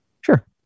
Sure